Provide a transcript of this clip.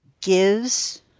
gives